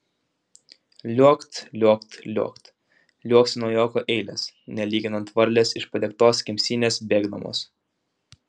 liuokt liuokt liuokt liuoksi naujokų eilės nelyginant varlės iš padegtos kemsynės bėgdamos